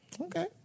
okay